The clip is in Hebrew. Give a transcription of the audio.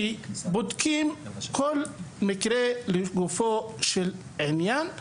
שבודקים כל מקרה לגופו של עניין,